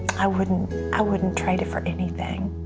i wouldn't i wouldn't trade it for anything.